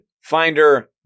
Finder